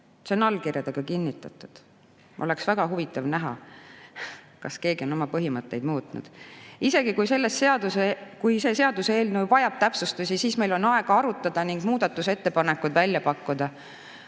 See on allkirjadega kinnitatud. Oleks väga huvitav näha, kas keegi on oma põhimõtteid muutnud. Isegi kui see seaduseelnõu vajab täpsustusi, siis meil on aega arutada ning muudatusettepanekud välja pakkuda.